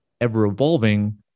ever-evolving